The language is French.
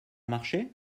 marché